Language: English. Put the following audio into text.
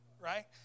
right